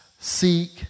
seek